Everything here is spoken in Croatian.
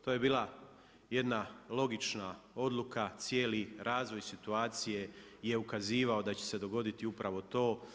To je bila jedna logična odluka cijeli razvoj situacije je ukazivao da će se dogoditi upravo to.